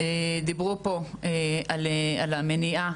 דיברו פה על המניעה,